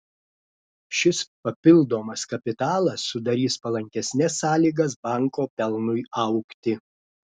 šis papildomas kapitalas sudarys palankesnes sąlygas banko pelnui augti